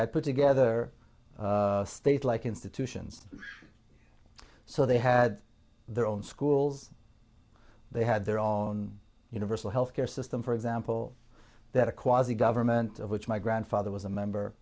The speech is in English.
had put together a state like institutions so they had their own schools they had their own universal health care system for example that a quasi government of which my grandfather was a member